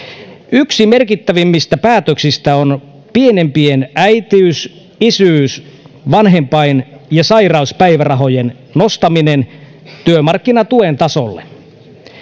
yksi merkittävimmistä päätöksistä on pienimpien äitiys isyys vanhempain ja sairauspäivärahojen nostaminen työmarkkinatuen tasolle